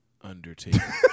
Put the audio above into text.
Undertaker